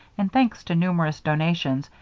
and, thanks to numerous donations,